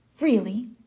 Really